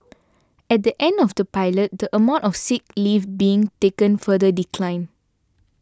at the end of the pilot the amount of sick leave being taken further declined